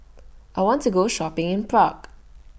I want to Go Shopping in Prague